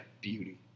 Beauty